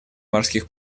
морских